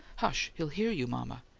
hush! he'll hear you, mama.